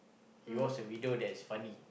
you watch a video that is funny